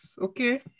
Okay